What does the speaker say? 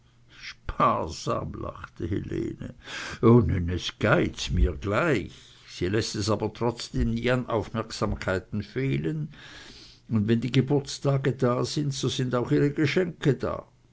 lachte helene nenn es geiz mir gleich sie läßt es aber trotzdem nie an aufmerksamkeiten fehlen und wenn die geburtstage da sind so sind auch ihre geschenke da